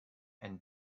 and